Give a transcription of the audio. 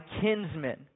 kinsmen